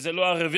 וזה לא ערבים,